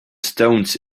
stones